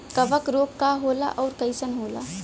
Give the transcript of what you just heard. कवक रोग का होला अउर कईसन होला?